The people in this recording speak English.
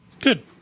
Good